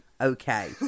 okay